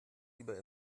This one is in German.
über